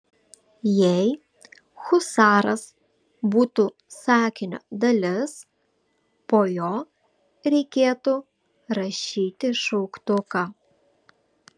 jei husaras būtų sakinio dalis po jo reikėtų rašyti šauktuką